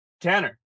Tanner